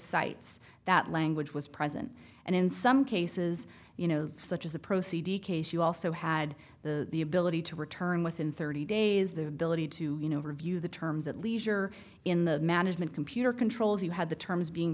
cites that language was present and in some cases you know such as the proceeding you also had the ability to return within thirty days the military to you know review the terms at leisure in the management computer controls you had the terms being